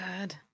good